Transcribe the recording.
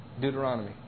Deuteronomy